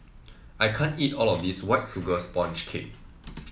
I can't eat all of this White Sugar Sponge Cake